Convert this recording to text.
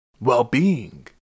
well-being